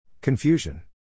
Confusion